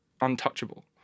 untouchable